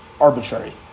arbitrary